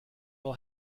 will